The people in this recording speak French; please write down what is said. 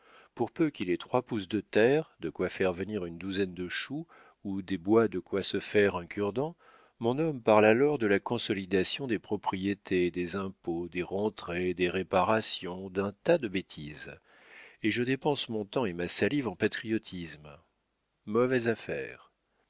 pour peu qu'il ait trois pouces de terre de quoi faire venir une douzaine de choux ou des bois de quoi se faire un curedent mon homme parle alors de la consolidation des propriétés des impôts des rentrées des réparations d'un tas de bêtises et je dépense mon temps et ma salive en patriotisme mauvaise affaire